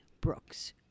Brooks